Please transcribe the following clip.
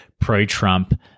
pro-Trump